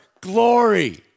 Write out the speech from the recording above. glory